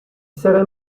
serait